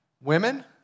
women